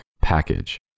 package